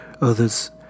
others